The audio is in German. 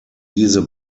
diese